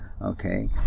okay